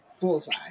bullseye